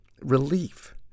relief